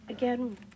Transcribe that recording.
Again